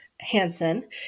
hansen